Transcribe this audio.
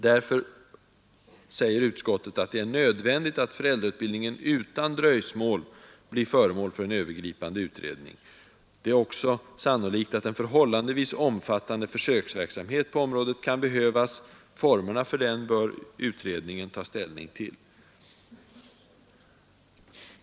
Det är nödvändigt, säger utskottet, att föräldrautbildningen utan dröjsmål blir föremål för en övergripande utredning. Det är också sannolikt att en förhållandevis omfattande försöksverksamhet på området kan behövas. Formerna för den bör utredningen ta ställning till.